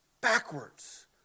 backwards